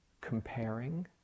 comparing